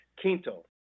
Quinto